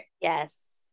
Yes